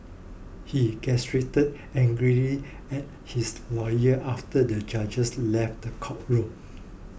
he gestured angrily at his lawyers after the judges left the courtroom